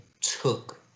took